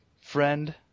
friend